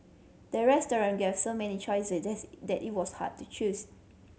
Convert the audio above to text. the restaurant gave so many choices that's that it was hard to choose